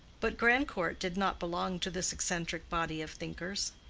but grandcourt did not belong to this eccentric body of thinkers.